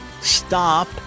stop